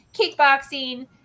kickboxing